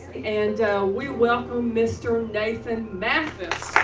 and we welcome mr. nathan mathis.